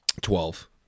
Twelve